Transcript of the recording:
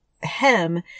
hem